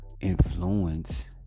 influence